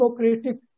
democratic